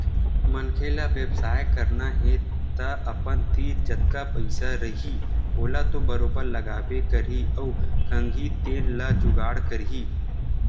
मनखे ल बेवसाय करना हे तअपन तीर जतका पइसा रइही ओला तो बरोबर लगाबे करही अउ खंगही तेन ल जुगाड़ करही